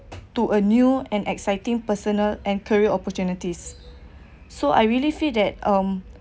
to a new and exciting personal and career opportunities so I really feel that um